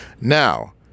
now